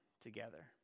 together